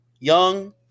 young